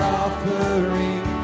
offering